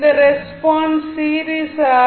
இந்த response series R